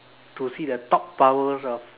to see the top powers of